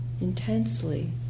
intensely